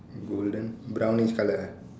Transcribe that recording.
golden brownish colour ah